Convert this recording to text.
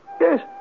Yes